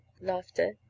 laughter